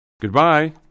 Goodbye